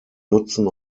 nutzen